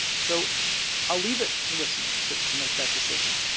so i'll leave it to listeners to to make that decision.